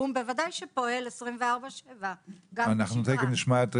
בוודאי שפועל 24/7. אנחנו תכף נשמע את